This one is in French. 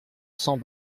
cents